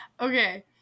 Okay